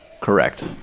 Correct